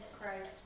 Christ